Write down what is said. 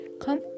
Come